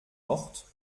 morte